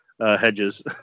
hedges